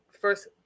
first